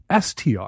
STR